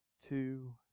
two